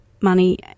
money